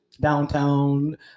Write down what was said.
downtown